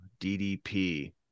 DDP